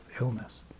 illness